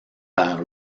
par